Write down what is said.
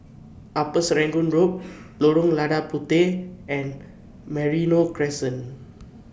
Upper Serangoon Road Lorong Lada Puteh and Merino Crescent